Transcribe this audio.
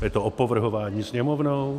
Je to opovrhování Sněmovnou?